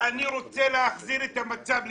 אני רוצה להחזיר את המצב לקדמותו,